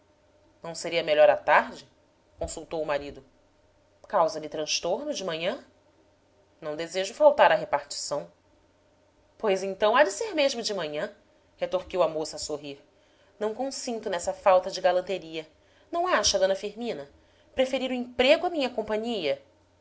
não seria melhor à tarde consultou o marido causa lhe transtorno de manhã não desejo faltar à repartição pois então há de ser mesmo de manhã retorquiu a moça a sorrir não consinto nessa falta de galanteria não acha d firmina preferir o emprego à minha companhia